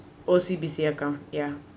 O_C_B_C account ya